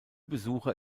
besucher